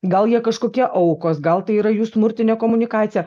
gal jie kažkokie aukos gal tai yra jų smurtinė komunikacija